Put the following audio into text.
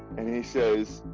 and he says,